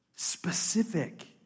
specific